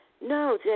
no